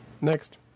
Next